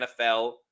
NFL